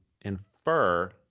infer